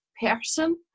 person